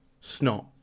snot